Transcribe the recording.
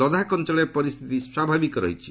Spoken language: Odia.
ଲଦାଖ ଅଞ୍ଚଳରେ ପରିସ୍ଥିତି ସ୍ୱାଭାବିକ ରହିଛି